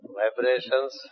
vibrations